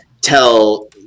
tell